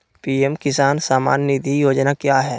PM किसान सम्मान निधि योजना क्या है?